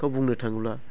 खौ बुंनो थाङोब्ला